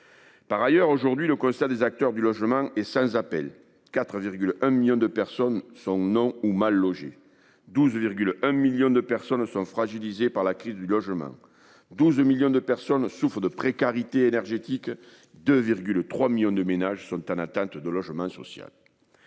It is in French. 20 % sur un an. Le constat des acteurs du logement est sans appel : 4,1 millions de personnes sont sans logement ou mal logées ; 12,1 millions de Français sont fragilisés par la crise du logement ; 12 millions de nos compatriotes souffrent de précarité énergétique ; 2,3 millions de ménages sont en attente d'un logement social.